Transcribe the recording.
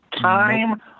Time